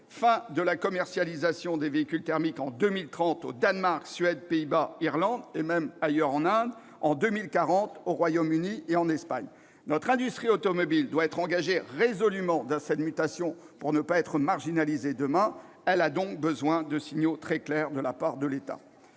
fin de la commercialisation des véhicules thermiques est prévue pour 2030 au Danemark, en Suède, aux Pays-Bas et en Irlande- et même en Inde -et pour 2040 au Royaume-Uni et en Espagne. Notre industrie automobile doit être engagée résolument dans cette mutation pour ne pas être marginalisée demain. Elle a donc besoin de signaux très clairs de la part de l'État.